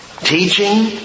teaching